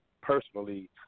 personally